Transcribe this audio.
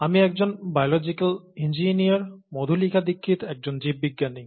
আমি একজন biological engineer Madhulika Dixit একজন জীববিজ্ঞানী